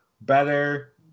better